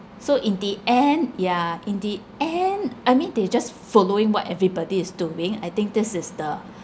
so in the end yeah in the end I mean they just f~ following what everybody is doing I think this is the